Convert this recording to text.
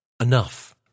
enough